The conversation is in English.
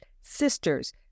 sisters